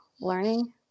learning